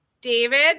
david